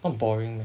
not boring meh